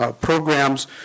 programs